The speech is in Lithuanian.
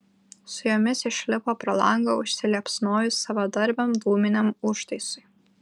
su jomis išlipo pro langą užsiliepsnojus savadarbiam dūminiam užtaisui